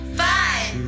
five